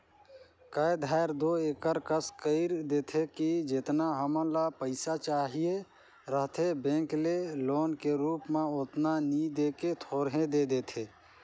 कए धाएर दो एकर कस कइर देथे कि जेतना हमन ल पइसा चाहिए रहथे बेंक ले लोन के रुप म ओतना नी दे के थोरहें दे देथे